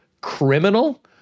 criminal